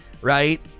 right